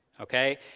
Okay